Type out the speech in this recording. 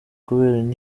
kubera